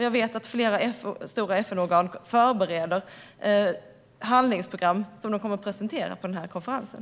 Jag vet att flera stora FN-organ förbereder handlingsprogram som de kommer att presentera vid konferensen.